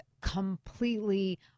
completely